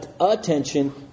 attention